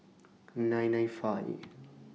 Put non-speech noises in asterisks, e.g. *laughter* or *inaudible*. nine nine five *noise*